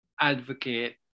advocate